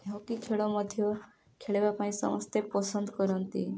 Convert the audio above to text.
hockey ଖେଳ ମଧ୍ୟ ଖେଳିବା ପାଇଁ ସମସ୍ତେ ପସନ୍ଦ କରନ୍ତି